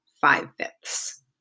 five-fifths